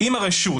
"אם הרשות,